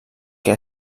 que